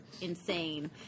insane